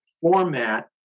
format